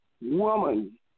woman